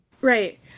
right